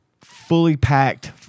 fully-packed